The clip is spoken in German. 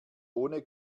ohne